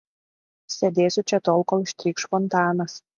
sėdėsiu čia tol kol ištrykš fontanas